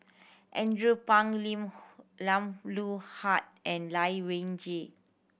Andrew Phang Lim Loh Huat and Lai Weijie